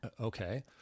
Okay